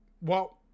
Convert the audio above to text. Well-